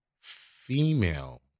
female